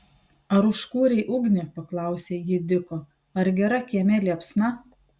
ar užkūrei ugnį paklausė ji diko ar gera kieme liepsna